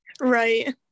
Right